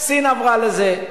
סין עברה לזה,